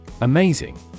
Amazing